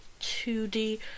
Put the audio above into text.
2D